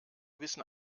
wissen